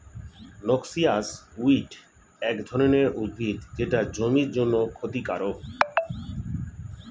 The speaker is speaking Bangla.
নক্সিয়াস উইড এক ধরনের উদ্ভিদ যেটা জমির জন্যে ক্ষতিকারক